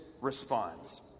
responds